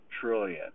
trillion